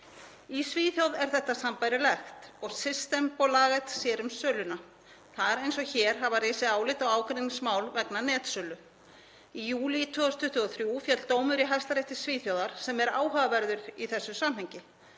Í Svíþjóð er þetta sambærilegt og Systembolaget sér um söluna. Þar eins og hér hafa risið álita- og ágreiningsmál vegna netsölu. Í júlí 2023 féll dómur í hæstarétti Svíþjóðar sem er áhugaverður í því samhengi.